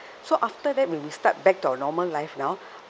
so after that when we stepped back to normal life now